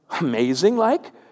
Amazing-like